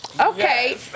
Okay